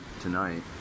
tonight